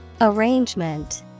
Arrangement